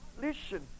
listen